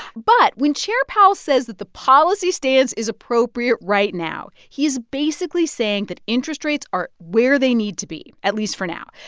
but when chair powell says that the policy stance is appropriate right now, he's basically saying that interest rates are where they need to be at least for now.